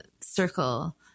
circle